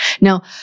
Now